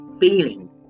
Feeling